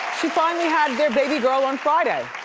she finally had their baby girl on friday.